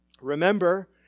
Remember